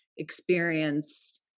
experience